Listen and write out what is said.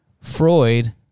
Freud